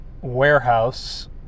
warehouse